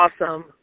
Awesome